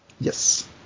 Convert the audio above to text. Yes